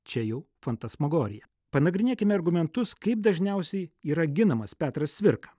čia jau fantasmagorija panagrinėkime argumentus kaip dažniausiai yra ginamas petras cvirka